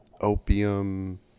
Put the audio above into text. opium